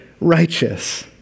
righteous